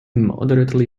moderately